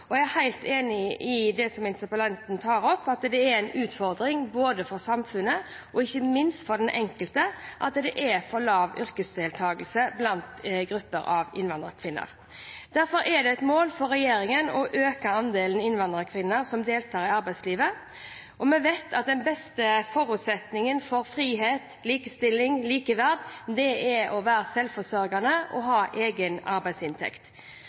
og jeg er helt enig med interpellanten i det hun tar opp, nemlig at det er en utfordring for både samfunnet og ikke minst den enkelte at det er for lav yrkesdeltagelse blant grupper av innvandrerkvinner. Derfor er det et mål for regjeringen å øke andelen innvandrerkvinner som deltar i arbeidslivet. Vi vet at den beste forutsetningen for frihet, likestilling og likeverd er å være selvforsørget og ha egen arbeidsinntekt.